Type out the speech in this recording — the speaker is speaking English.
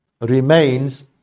remains